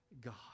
God